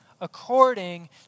According